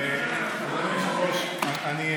אדוני היושב-ראש, אני,